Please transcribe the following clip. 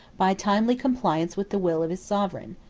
by timely compliance with the will of his sovereign.